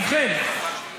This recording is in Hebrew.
ובכן,